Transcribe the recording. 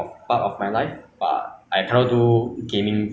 uh so like I think eating eh